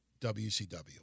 WCW